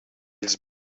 ils